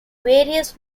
various